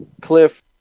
Cliff